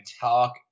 talk